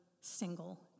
single